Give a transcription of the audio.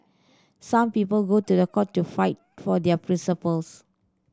some people go to the court to fight for their principles